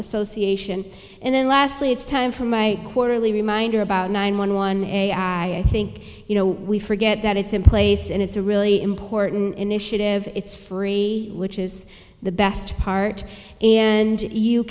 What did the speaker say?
association and then lastly it's time for my quarterly reminder about nine one one a i think you know we forget that it's in place and it's a really important initiative it's free which is the best part and you